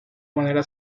manera